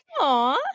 Aww